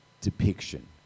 depiction